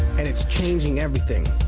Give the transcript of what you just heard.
and it's changing everything.